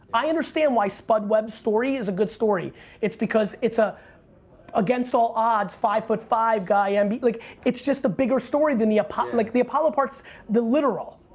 i understand why spud webb story is a good story it's because it's ah against all odds five foot five guy. um but like it's just a bigger story than the ap, like the apollo parts the literal,